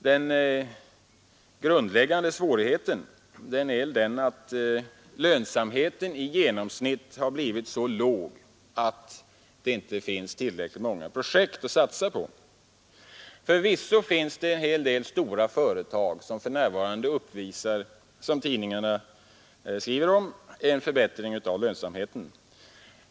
Den grundläggande svårigheten är att lönsamheten i genomsnitt blivit så låg att det inte finns tillräckligt många projekt att satsa på. Förvisso finns det en hel del stora företag, vilka för närvarande enligt tidningarna uppvisar en förbättring av lönsamheten.